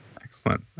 Excellent